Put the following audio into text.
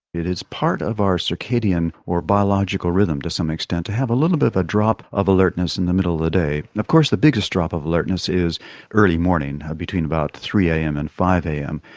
it is part of our circadian or biological rhythm to some extent to have a little bit of a drop of alertness in the middle of the day. of course the biggest drop of alertness is early morning between about three am and five am.